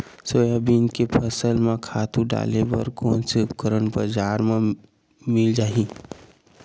Soybean के फसल म खातु डाले बर कोन से उपकरण बजार म मिल जाहि?